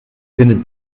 findet